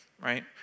right